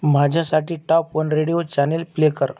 माझ्यासाठी top one radio channel play कर